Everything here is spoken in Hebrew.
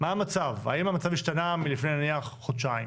האם המצב השתנה מלפני נניח חודשיים,